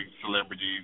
celebrities